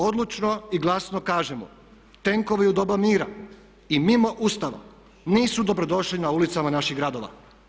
Odlučno i glasno kažemo tenkovi u doba mira i mimo Ustava nisu dobrodošli na ulicama naših gradova.